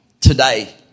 today